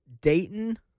Dayton